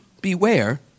Beware